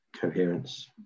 coherence